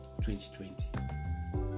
2020